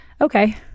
okay